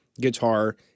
guitar